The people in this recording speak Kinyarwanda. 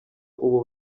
ubu